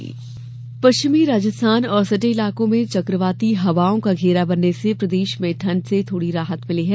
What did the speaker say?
मौसम पश्चिमी राजस्थान और सटे इलाकों में चक्रवाती हवाओं का घेरा बनने से प्रदेश में ठंड से थोड़ी राहत मिली है